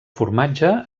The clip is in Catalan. formatge